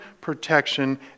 protection